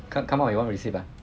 come come up with one receipt ah